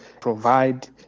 provide